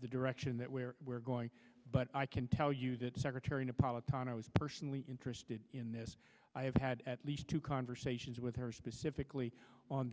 the direction that where we're going but i can tell you that secretary napolitano is personally interested in this i have had at least two conversations with her specifically on